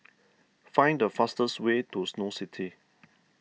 find the fastest way to Snow City